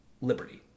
liberty